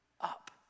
up